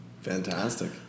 Fantastic